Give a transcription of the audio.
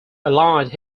aligned